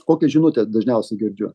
kokią žinutę dažniausiai girdžiu